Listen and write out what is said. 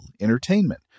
entertainment